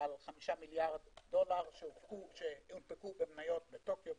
5 מיליארד דולר שהונפקו במניות בטוקיו,